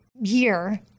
year